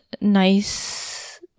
nice